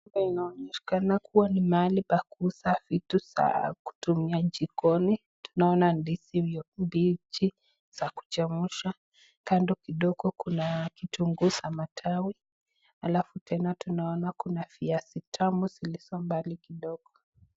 Hapa inaonekana ni mahali pa kununua vitu ya kutumia jikoni tunaona ndizi za kuchemsha kando kidogo Kuna kifunguu za kimatawai alafu tena Kuna viazi tamu zilizo mbali kidogo.